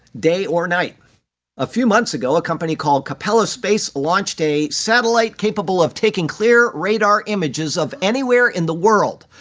day or night a few months ago, a company called capella space launched a satellite capable of taking clear radar images of anywhere in the world,